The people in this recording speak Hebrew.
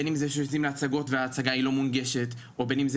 בין אם זה כשיוצאים להצגות וההצגה לא מונגשת או בין אם זה